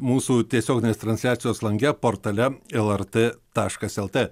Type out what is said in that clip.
mūsų tiesioginės transliacijos lange portale lrt taškas lt